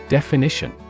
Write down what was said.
Definition